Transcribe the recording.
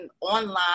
online